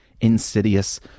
insidious